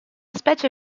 specie